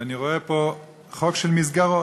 ואני רואה פה חוק של מסגרות,